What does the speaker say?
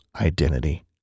identity